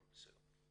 הכל בסדר.